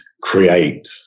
create